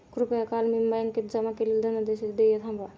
कृपया काल मी बँकेत जमा केलेल्या धनादेशाचे देय थांबवा